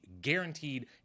guaranteed